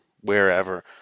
wherever